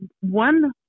one